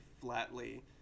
flatly